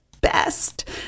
best